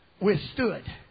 Withstood